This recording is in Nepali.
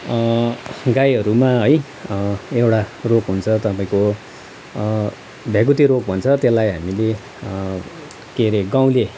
गाईहरूमा है एउटा रोग हुन्छ तपाईँको भ्यागुते रोग भन्छ त्यसलाई हामीले के हरे गाउँले